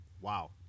Wow